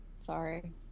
Sorry